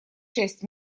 шесть